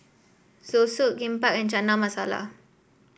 Zosui Kimbap and Chana Masala